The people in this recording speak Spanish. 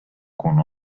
con